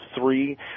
Three